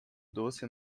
doce